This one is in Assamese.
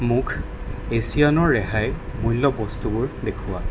মোক এছিয়ানৰ ৰেহাই মূল্যৰ বস্তুবোৰ দেখুওঁৱা